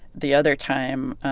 the other time,